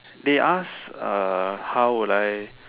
they ask uh how would I